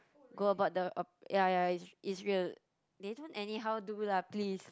go about the op~ ya ya is it's real they don't anyhow do lah please